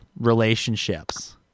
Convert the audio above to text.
relationships